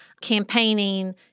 campaigning